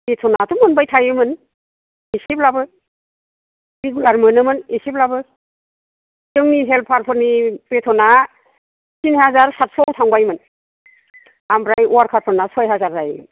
बेथ'नाथ' मोनबाय थायोमोन एसेब्लाबो रेगुलार मोनोमोन एसेब्लाबो जोंनि हेल्पार फोरनि बेथ'ना तिनहाजार सातस' थांबायमोन ओमफ्राय वार्कार फोरना सय हाजार जायो